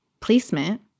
placement